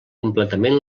completament